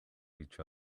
each